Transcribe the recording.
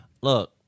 look